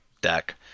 deck